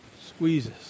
squeezes